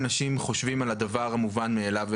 בכל מקרה במהלך 60 השנים